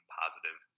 positive